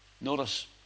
Notice